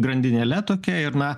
grandinėle tokia ir na